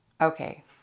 Okay